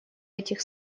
этих